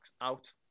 out